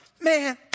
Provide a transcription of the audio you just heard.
man